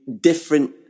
different